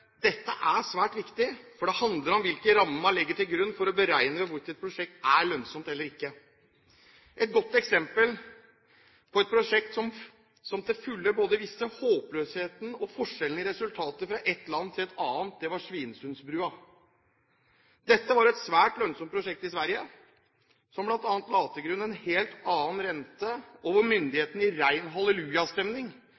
dette er svært viktig, for det handler om hvilke rammer man legger til grunn for å beregne hvorvidt et prosjekt er lønnsomt eller ikke. Et godt eksempel på et prosjekt som til fulle både viste håpløsheten og forskjellene i resultatene fra et land til et annet, var Svinesundbrua. Dette var et svært lønnsomt prosjekt i Sverige, som bl.a. la til grunn en helt annen rente,